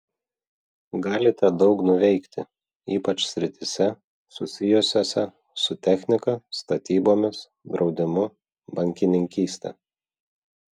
galite daug nuveikti ypač srityse susijusiose su technika statybomis draudimu bankininkyste